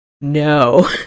no